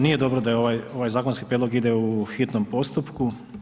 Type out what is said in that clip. Nije dobro da ovaj zakonski prijedlog ide u hitnom postupku.